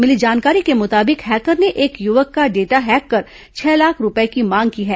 मिली जानकारी के मुताबिक हैकर ने एक युवक का डाटा हैक कर छह लाख रूपए की मांग की है